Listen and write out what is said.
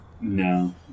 No